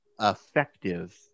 effective